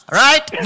right